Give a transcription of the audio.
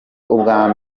ubwa